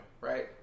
right